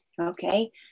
Okay